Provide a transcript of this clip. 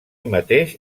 mateix